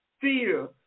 fear